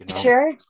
Sure